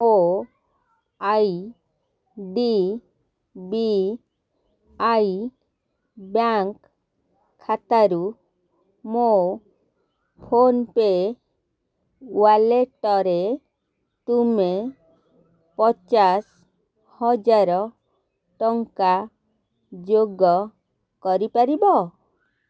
ମୋ I D B I bank ଖାତାରୁ ମୋ ଫୋନ୍ପେ ୱାଲେଟ୍ରେ ତୁମେ ପଚାଶ ହଜାର ଟଙ୍କା ଯୋଗ କରିପାରିବ